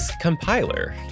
Compiler